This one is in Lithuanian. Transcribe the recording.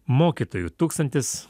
mokytojų tūkstantis